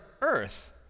earth